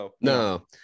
No